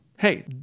Hey